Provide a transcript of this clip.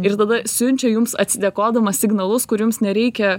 ir tada siunčia jums atsidėkodamas signalus kur jums nereikia